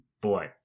boy